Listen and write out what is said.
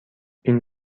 این